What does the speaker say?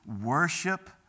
worship